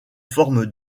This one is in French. forme